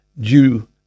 Jew